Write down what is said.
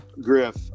Griff